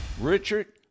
Richard